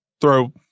throw